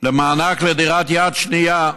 למענק לדירה יד שנייה.